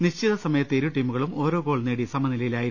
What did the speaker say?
നിശ്ചിത സമയത്ത് ഇരു ടീമുകളും ഓരോ ഗോൾ നേടി സമനിലയിലായിരുന്നു